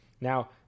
now